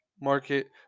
market